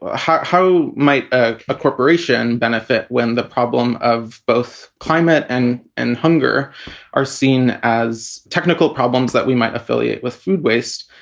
ah how might ah a corporation benefit when the problem of both climate and and hunger are seen as technical problems that we might affiliate with food waste?